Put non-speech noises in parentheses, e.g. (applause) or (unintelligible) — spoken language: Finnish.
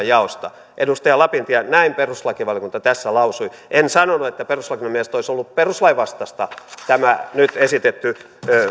(unintelligible) jaosta edustaja lapintie näin perustuslakivaliokunta tässä lausui en sanonut että perustuslakivaliokunnan mielestä olisi ollut perustuslain vastaista tämä nyt esitetty